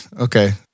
Okay